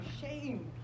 shame